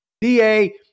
DA